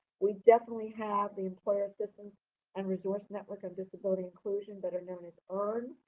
we definitely have the employer assistance and resource network on disability inclusion, better known as earn,